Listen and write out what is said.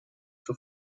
zur